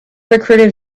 recruited